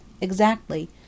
Exactly